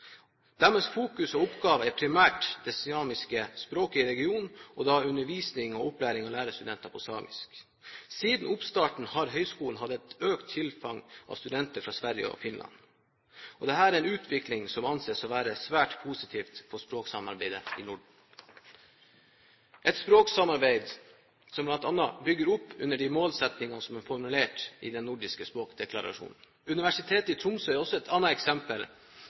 fokus og oppgave er primært det samiske språket i regionen, da undervisning og opplæring av lærerstudenter på samisk. Siden oppstarten har høyskolen hatt et økt tilfang av studenter fra Sverige og Finland. Dette er en utvikling som må anses å være svært positiv for språksamarbeidet i Norden, et språksamarbeid som bl.a. bygger opp under de målsettinger som er formulert i den nordiske språkdeklarasjonen. Universitetet i Tromsø er et annet eksempel